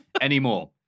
Anymore